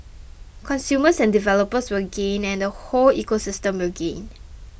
consumers and developers will gain and the whole ecosystem will gain